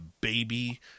baby